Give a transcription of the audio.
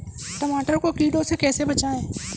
टमाटर को कीड़ों से कैसे बचाएँ?